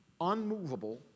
unmovable